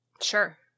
Sure